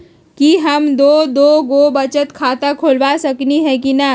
कि हम दो दो गो बचत खाता खोलबा सकली ह की न?